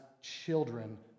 children